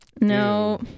No